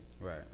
Right